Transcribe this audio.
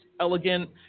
elegant